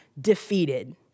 defeated